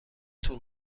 طول